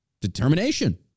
determination